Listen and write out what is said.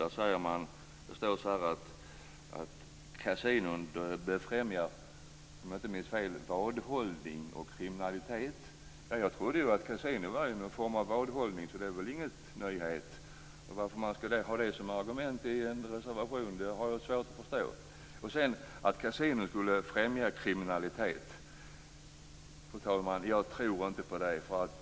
Det står där att kasinon befrämjar vadhållning och kriminalitet, om jag inte minns fel. Jag trodde att kasinoverksamhet var någon form av vadhållning, så det är väl ingen nyhet. Varför man har det som argument i en reservation har jag svårt att förstå. Jag tror inte heller på att kasinon skulle främja kriminalitet.